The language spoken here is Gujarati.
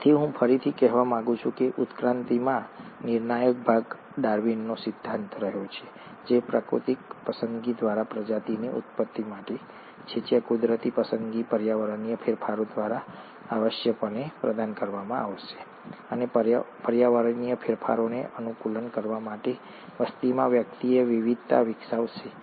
તેથી હું ફરીથી કહેવા માંગુ છું કે ઉત્ક્રાંતિમાં નિર્ણાયક ભાગ ડાર્વિનનો સિદ્ધાંત રહ્યો છે જે પ્રાકૃતિક પસંદગી દ્વારા પ્રજાતિની ઉત્પત્તિ છે જ્યાં કુદરતી પસંદગી પર્યાવરણીય ફેરફારો દ્વારા આવશ્યકપણે પ્રદાન કરવામાં આવે છે અને પર્યાવરણીય ફેરફારોને અનુકૂલન કરવા માટે વસ્તીમાં વ્યક્તિઓ વિવિધતા વિકસાવશે